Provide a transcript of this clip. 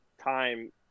time